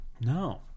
No